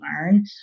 learn